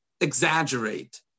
exaggerate